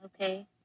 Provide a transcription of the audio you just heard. Okay